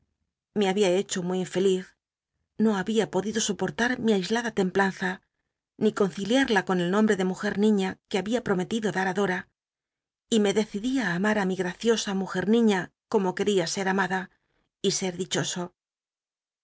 me había hecho muy infeliz no habia po lido sopot w mi aislada templanza ni conriliada con el nombre de mujcl lliña que había prometido dar á dora y me decidí á amar á mi graciosa mujerni como quería ser amada y ser dichoso